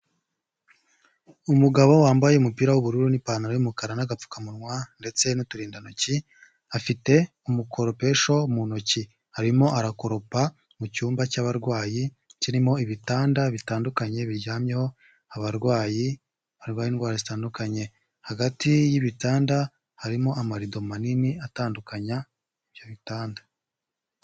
Umugabo wambaye umupi w'ubururu n'ipantaro y'umukara n'agapfukamunwa ndetse n'uturindantoki, afite umukoropesho mu ntoki arimo arakoropa mu cyumba cy'abarwayi kirimo ibitanda bitandukanye biryamyeho abarwayi barwaye indwara zitandukanye, hagati y'ibitanda harimo amarido manini atandukanya ibyo bitanda.